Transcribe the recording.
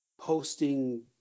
posting